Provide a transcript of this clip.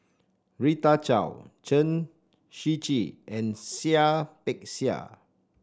Rita Chao Chen Shiji and Seah Peck Seah